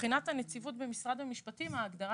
מבחינת הנציבות במשרד המשפטים ההגדרה